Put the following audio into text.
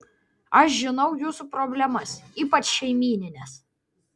aš žinau jūsų problemas ypač šeimynines